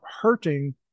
hurting